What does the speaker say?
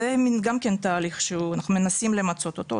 זה גם כן תהליך שאנחנו מנסים למצות אותו,